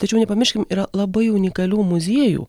tačiau nepamirškim yra labai unikalių muziejų